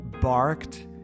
barked